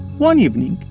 one evening,